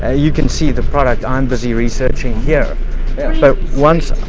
ah you can see the product i'm busy researching here but once,